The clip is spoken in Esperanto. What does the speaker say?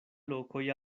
lokoj